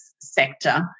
sector